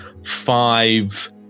Five